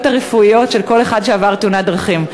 הרפואיות של כל אחד שעבר תאונת דרכים.